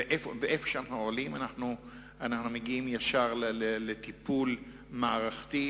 ואיפה שאנחנו עולים על זה אנחנו מגיעים ישר לטיפול מערכתי,